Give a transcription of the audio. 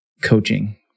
coaching